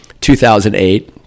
2008